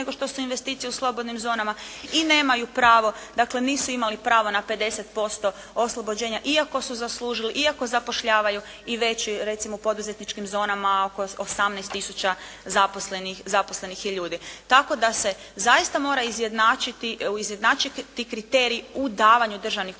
nego što su investicije u slobodnim zonama i nemaju pravo, dakle nisu imali pravo na 50% oslobođenja, iako su zaslužili, iako zapošljavaju i većim recimo poduzetničkim zonama oko 18 tisuća zaposlenih ljudi. Tako da se zaista mora i značiti ti kriteriji u davanju državnih potpora